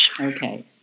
Okay